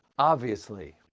obviously.